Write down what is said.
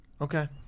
Okay